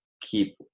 keep